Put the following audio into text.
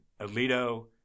Alito